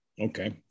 Okay